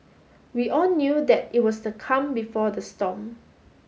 we all knew that it was the calm before the storm